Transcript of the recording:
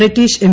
British M